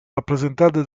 rappresentate